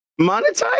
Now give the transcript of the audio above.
Monetize